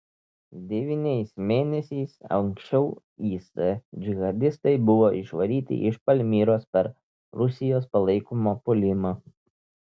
devyniais mėnesiais anksčiau is džihadistai buvo išvaryti iš palmyros per rusijos palaikomą puolimą